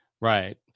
Right